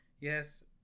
yes